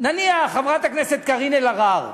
נניח חברת הכנסת קארין אלהרר,